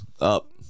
up